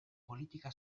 politika